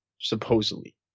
supposedly